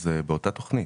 זה באותה תוכנית.